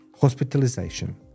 hospitalization